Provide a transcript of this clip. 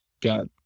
got